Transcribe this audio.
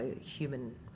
human